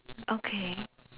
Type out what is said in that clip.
okay